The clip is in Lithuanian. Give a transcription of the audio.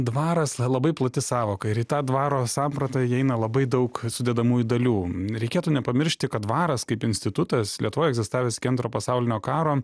dvaras yra labai plati sąvoka ir į tą dvaro sampratą įeina labai daug sudedamųjų dalių reikėtų nepamiršti kad dvaras kaip institutas lietuvoj egzistavęs iki antro pasaulinio karo